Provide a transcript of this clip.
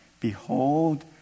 Behold